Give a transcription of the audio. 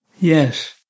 Yes